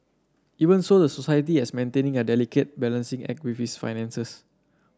even so the society has maintaining a delicate balancing act with its finances